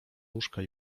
łóżka